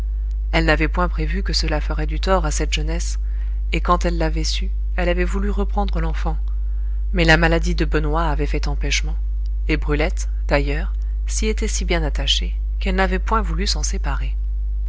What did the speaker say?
elle n'avait point prévu que cela ferait du tort à cette jeunesse et quand elle l'avait su elle avait voulu reprendre l'enfant mais la maladie de benoît avait fait empêchement et brulette d'ailleurs s'y était si bien attachée qu'elle n'avait point voulu s'en séparer